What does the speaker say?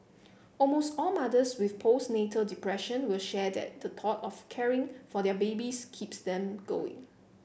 almost all mothers with postnatal depression will share that the thought of caring for their babies keeps them going